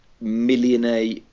millionaire